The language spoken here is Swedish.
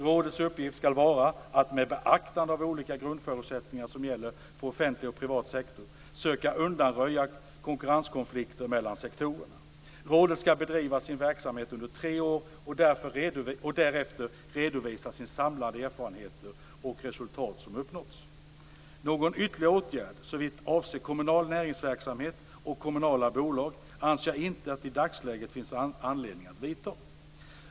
Rådets uppgift skall vara att, med beaktande av de olika grundförutsättningar som gäller för offentlig och privat sektor, söka undanröja konkurrenskonflikter mellan sektorerna. Rådet skall bedriva sin verksamhet under tre år och därefter redovisa sina samlade erfarenheter och resultat som uppnåtts. Någon ytterligare åtgärd, såvitt avser kommunal näringsverksamhet och kommunala bolag, anser jag inte att det i dagsläget finns anledning att vidta.